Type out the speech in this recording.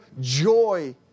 joy